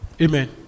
Amen